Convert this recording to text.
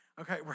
Okay